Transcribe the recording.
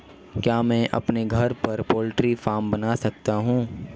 क्या मैं अपने घर पर पोल्ट्री फार्म बना सकता हूँ?